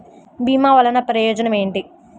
భీమ వల్లన ప్రయోజనం ఏమిటి?